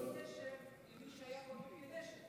ללא קשר למי שהיה עם כלי נשק.